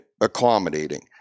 accommodating